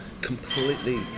completely